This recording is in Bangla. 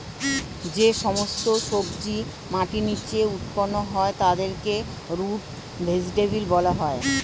যে সমস্ত সবজি মাটির নিচে উৎপন্ন হয় তাদেরকে রুট ভেজিটেবল বলা হয়